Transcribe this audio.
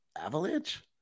Avalanche